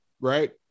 right